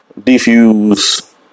defuse